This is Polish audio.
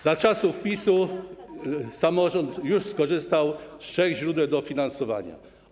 Za czasów PiS-u samorząd już skorzystał z trzech źródeł dofinansowania.